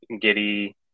Giddy